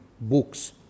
books